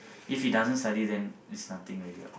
if he doesn't study then it's nothing already what